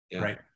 right